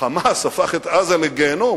ה"חמאס" הפך את עזה לגיהינום,